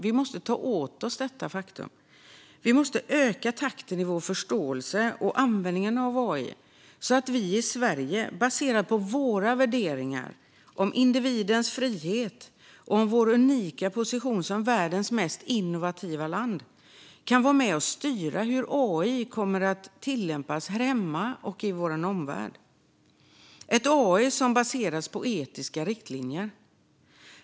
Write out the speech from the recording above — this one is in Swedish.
Vi måste ta till oss detta faktum och öka takten i vår förståelse för och användning av AI, så att vi i Sverige - baserat på våra värderingar om individens frihet och på vår unika position som världens mest innovativa land - kan vara med och styra hur AI tillämpas här hemma och i vår omvärld. Det ska vara en AI som baseras på etiska riktlinjer.